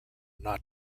not